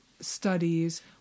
studies